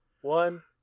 one